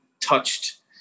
touched